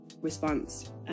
response